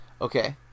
Okay